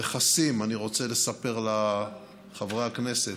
רכסים, אני רוצה לספר לחברי הכנסת: